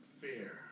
fear